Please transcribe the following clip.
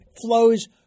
flows